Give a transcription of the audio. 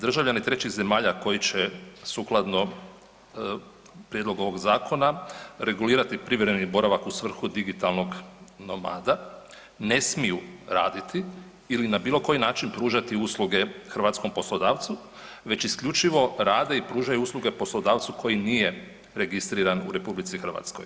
Državljani trećih zemalja koji će sukladno prijedlogu ovog zakona regulirati privremeni boravak u svrhu digitalnog nomada ne smiju raditi ili na bilo koji način pružati usluge hrvatskom poslodavcu već isključivo rade i pružaju usluge poslodavcu koji nije registriran u RH.